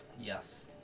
Yes